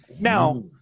now